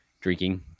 drinking